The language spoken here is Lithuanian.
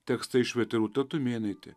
tekstą išvertė rūta tumėnaitė